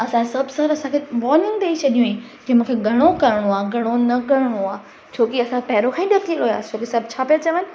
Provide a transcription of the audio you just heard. असां सभु सर असांखे वॉर्निंग ॾेई छॾी की मूंखे घणो करिणो आहे घणो न करिणो आहे छोकी असां पहिरियों खां ई ॾकी वियासि छोकी सभु छा पिया चवनि